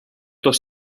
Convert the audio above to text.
dos